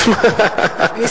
שלוש דקות, ספרתי.